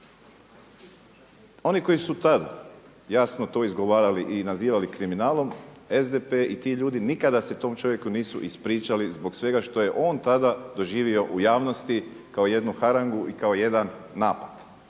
Oni koji su tada jasno to izgovarali i nazivali kriminalom SDP i tu ljudi nikada se tom čovjeku nisu ispričali zbog svega što je on tada doživio u javnosti kao jednu harangu i kao jedan napad.